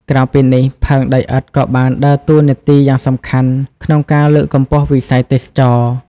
ក្រៅពីនេះ ផើងដីឥដ្ឋក៏បានដើរតួនាទីយ៉ាងសំខាន់ក្នុង ការលើកកម្ពស់វិស័យទេសចរណ៍។